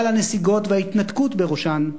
אבל הנסיגות, וההתנתקות בראשן,